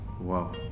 Wow